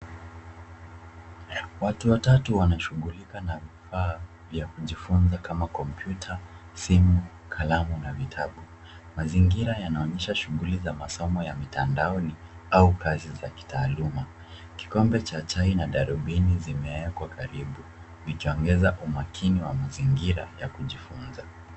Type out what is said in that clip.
Watu watatu wanashughulika na vifaa vya kujifunza kama kompyuta, simu, kalamu na vitabu. Mazingira yanaonyesha shughuli za masomo ya mitandaoni au kazi za kitaaluma. Kikombe cha chai na darubini zimeekwa karibu vikiongeza umakini wa mazingira ya kijifunza.